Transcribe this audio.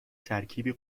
ترکیبی